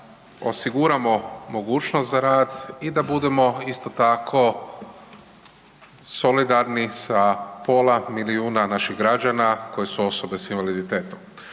osiguramo mogućnost za rad i da budemo isto tako solidarni sa pola milijuna naših građana koje su osobe sa invaliditetom.